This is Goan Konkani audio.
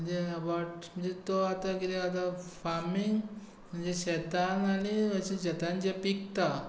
आनी ते एबावट म्हनजे तो आतां कितें आतां फार्मींग म्हणजे शेतान आनी शेतान जें पिकता